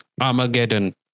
Armageddon